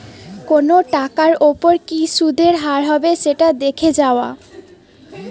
কোনো টাকার ওপর কি সুধের হার হবে সেটা দেখে যাওয়া